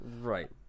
Right